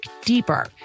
deeper